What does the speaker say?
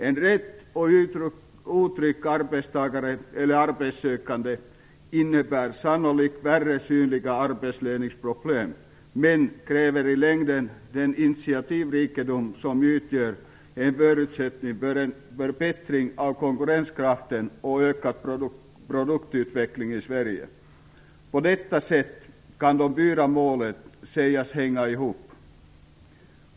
En rädd och otrygg arbetstagare eller arbetssökande innebär sannolikt färre synliga arbetsledningsproblem, men kräver i längden den initiativrikedom som utgör en förutsättning för en förbättring av konkurrenskraften och en ökad produktutveckling i Sverige. På detta sätt kan de fyra målen sägas hänga ihop.